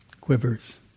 quivers